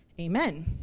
Amen